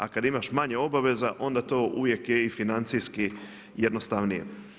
A kad imaš manje obaveza onda to uvijek je i financijski jednostavnije.